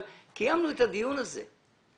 את הדיון הזה קיימנו.